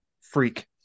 Freak